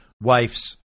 wife's